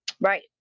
Right